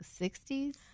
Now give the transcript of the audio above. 60s